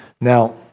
Now